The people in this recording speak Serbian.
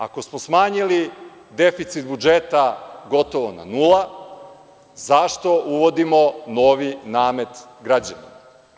Ako smo smanjili deficit budžeta gotovo na nula, zašto uvodimo novi namet građanima?